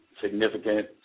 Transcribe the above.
significant